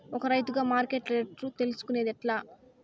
ఒక రైతుగా మార్కెట్ రేట్లు తెలుసుకొనేది ఎట్లా?